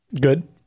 good